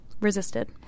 resisted